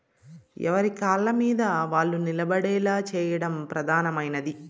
ఎవరి కాళ్ళమీద వాళ్ళు నిలబడేలా చేయడం ప్రధానమైనది